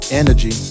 energy